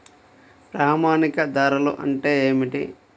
ప్రామాణిక ధరలు అంటే ఏమిటీ?